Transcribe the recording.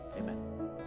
Amen